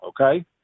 Okay